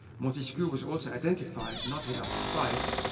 montesquiou was also identified, not without spite,